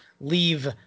leave